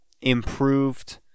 improved